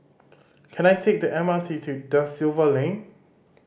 can I take the M R T to Da Silva Lane